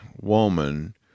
woman